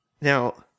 Now